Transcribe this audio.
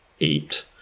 eight